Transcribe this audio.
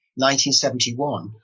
1971